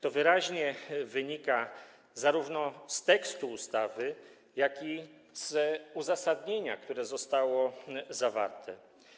To wyraźnie wynika zarówno z tekstu ustawy, jak i z uzasadnienia, które zostało tam zawarte.